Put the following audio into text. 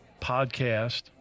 podcast